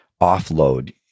offload